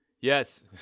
Yes